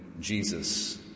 Jesus